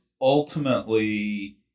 ultimately